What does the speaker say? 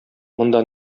монда